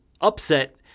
upset